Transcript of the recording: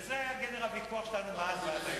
וזה היה גדר הוויכוח שלנו מאז ועד היום.